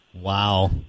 Wow